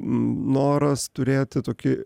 noras turėti tokį